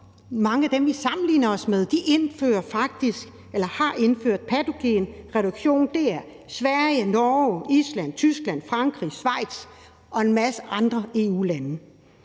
om os, som vi sammenligner os med, faktisk har indført patogenreduktion. Det gælder Sverige, Norge, Island, Tyskland, Frankrig, Schweiz og en masse andre EU-lande.